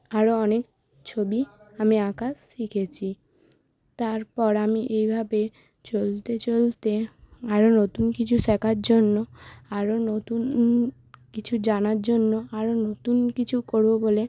আরও অনেক ছবি আমি আঁকা শিখেছি তারপর আমি এভাবে চলতে চলতে আরও নতুন কিছু শেখার জন্য আরও নতুন কিছু জানার জন্য আরও নতুন কিছু করবো বলে